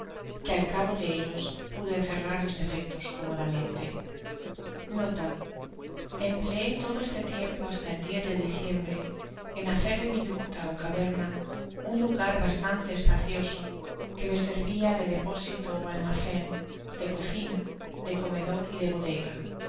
que al cabo de ellos pude encerrar mis efectos cómodamente nota empleé todo este tiempo hasta el día de di ciembre en hacer de mi gruta ó caverna un lugar bastante espacioso queme servia de depósito ó almacen de cocina de comedor y de bodega